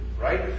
right